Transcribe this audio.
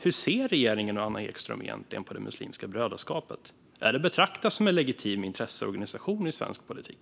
Hur ser regeringen och Anna Ekström egentligen på Muslimska brödraskapet? Är det att betrakta som en legitim intresseorganisation i svensk politik?